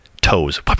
Toes